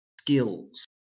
skills